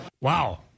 Wow